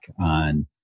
on